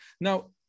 Now